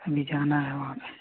अभी जाना है वहाँ पर